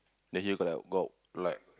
then you got like got like